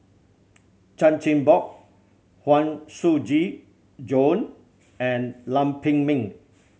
Chan Chin Bock Huang Shiqi Joan and Lam Pin Min